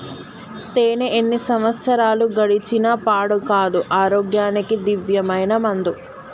తేనే ఎన్ని సంవత్సరాలు గడిచిన పాడు కాదు, ఆరోగ్యానికి దివ్యమైన మందు